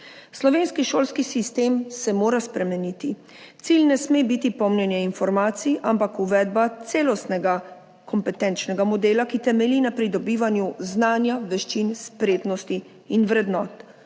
Slovenski šolski sistem se mora spremeniti. Cilj ne sme biti polnjenje informacij, ampak uvedba celostnega kompetenčnega modela, ki temelji na pridobivanju znanja, veščin, spretnosti in vrednot.